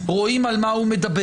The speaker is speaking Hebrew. רואים על מה הוא מדבר,